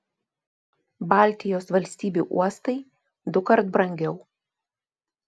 baltijos valstybių uostai dukart brangiau